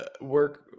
work